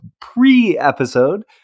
pre-episode